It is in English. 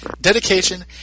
dedication